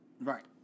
Right